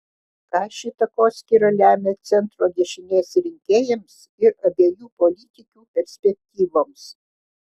ką ši takoskyra lemia centro dešinės rinkėjams ir abiejų politikių perspektyvoms